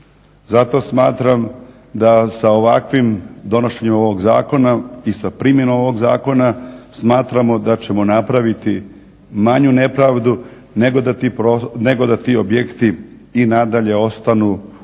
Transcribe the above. Zato smatram da sa ovakvim donošenjem ovog zakona i sa primjenom ovog zakona. Smatramo da ćemo napraviti manju nepravdu nego da ti objekti i nadalje ostanu u